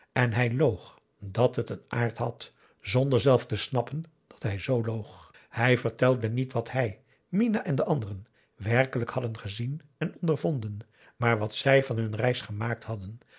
en hij loog dat het een aard had zonder zelf te snappen dat hij zoo loog hij vertelde niet wat hij minah en de anderen werkelijk hadden gezien en ondervonden maar wat zij van hun reis gemaakt hadden